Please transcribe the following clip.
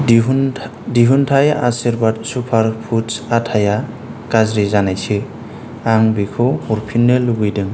दिहुनथाइ आशीर्वाद सुपार फुड्स आटाया गाज्रि जानायसो आं बेखौ हरफिननो लुबैदों